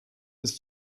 ist